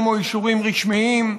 מסמכים או אישורים רשמיים.